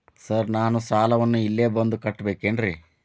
Sir ನಾನು ಸಾಲವನ್ನು ಇಲ್ಲೇ ಬಂದು ಕಟ್ಟಬೇಕೇನ್ರಿ?